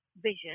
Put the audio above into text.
vision